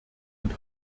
und